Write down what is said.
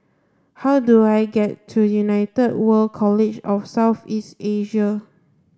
how do I get to United World College of South East Asia